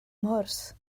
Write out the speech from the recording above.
mhwrs